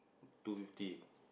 two fifty